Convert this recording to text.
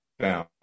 down